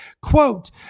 quote